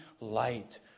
light